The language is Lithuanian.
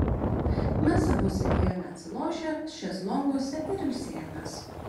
mes abu sėdėjome atsilošę šezlonguose ir ilsėjomės